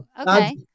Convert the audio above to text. Okay